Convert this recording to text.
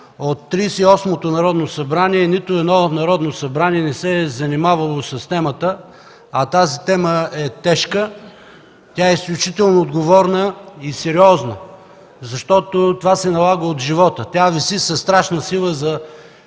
От Тридесет и осмото нито едно Народно събрание не се е занимавало с темата, а тази тема е тежка, изключително отговорна и сериозна. Това се налага от живота. Тя виси със страшна сила за